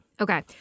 Okay